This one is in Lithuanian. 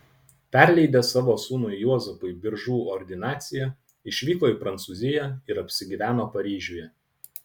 perleidęs savo sūnui juozapui biržų ordinaciją išvyko į prancūziją ir apsigyveno paryžiuje